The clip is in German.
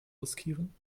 riskieren